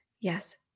yes